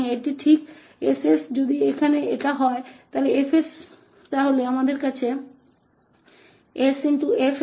तो यह बिल्कुल 𝑠𝐹𝑠 है अगर यह 𝐹𝑠 है तो हमारे पास 𝑠𝐹𝑠 है